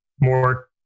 more